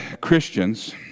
Christians